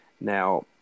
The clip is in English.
Now